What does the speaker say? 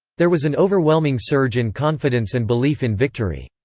there was an overwhelming surge in confidence and belief in victory.